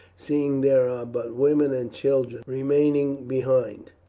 seeing there are but women and children remaining behind.